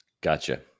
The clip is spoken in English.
gotcha